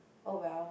oh well